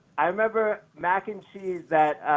i remember mac and cheese that